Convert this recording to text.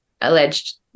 alleged